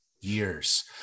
years